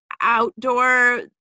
outdoor